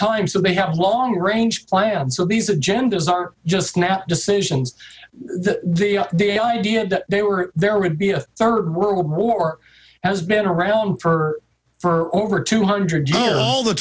time so they have long range plans so these agendas are just snap decisions that they are the idea that they were there would be a third world war has been around for for over two hundred year old the